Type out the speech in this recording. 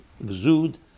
exude